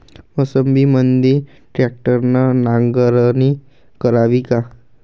मोसंबीमंदी ट्रॅक्टरने नांगरणी करावी का?